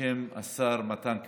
בשם השר מתן כהנא.